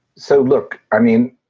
so, look, i mean,